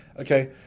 okay